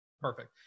Perfect